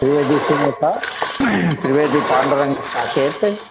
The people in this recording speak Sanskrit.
त्रिवेदि सुमिता त्रिवेदि पाण्डुरङ्ग साकेत्